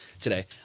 today